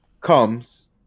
comes